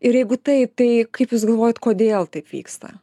ir jeigu taip tai kaip jūs galvojat kodėl taip vyksta